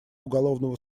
уголовного